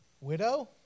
widow